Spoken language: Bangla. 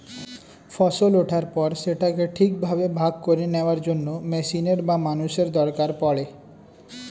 ফসল ওঠার পর সেটাকে ঠিকভাবে ভাগ করে নেওয়ার জন্য মেশিনের বা মানুষের দরকার পড়ে